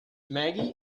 maggie